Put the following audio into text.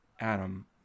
adam